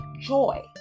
joy